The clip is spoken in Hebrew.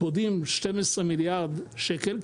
פודים 12 מיליארד שקל.